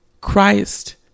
Christ